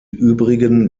übrigen